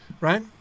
Right